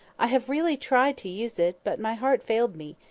i have really tried to use it, but my heart failed me,